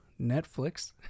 Netflix